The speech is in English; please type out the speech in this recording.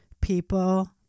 people